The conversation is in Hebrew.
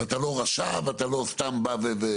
אותה לא רשע, ואתה לא סתם בא ומדבר.